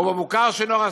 או במוכר שאינו רשמי,